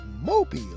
Mobile